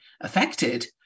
affected